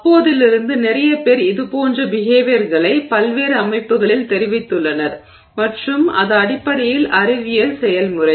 அப்போதிருந்து நிறைய பேர் இதுபோன்ற பிஹேவியர்களை பல்வேறு அமைப்புகளில் தெரிவித்துள்ளனர் மற்றும் அது அடிப்படையில் அறிவியல் செயல்முறை